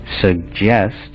suggest